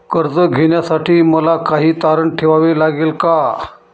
कर्ज घेण्यासाठी मला काही तारण ठेवावे लागेल का?